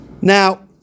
Now